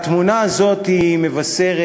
התמונה הזאת מבשרת